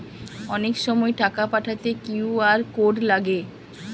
অনেক সময় টাকা পাঠাতে কিউ.আর কোড লাগে